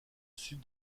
sud